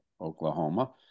Oklahoma